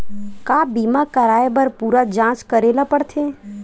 का बीमा कराए बर पूरा जांच करेला पड़थे?